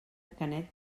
canet